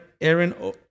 Aaron